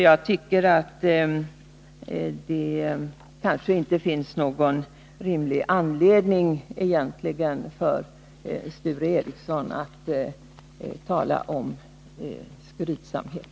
Jag tycker sammantaget att det inte finns någon rimlig anledning för Sture Ericson att tala om centerns skrytsamhet.